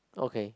okay